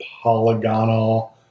polygonal